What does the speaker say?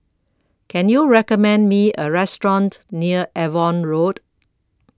Can YOU recommend Me A Restaurant near Avon Road